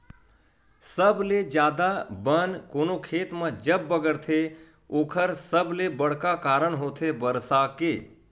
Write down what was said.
सबले जादा बन कोनो खेत म जब बगरथे ओखर सबले बड़का कारन होथे बरसा के